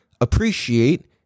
appreciate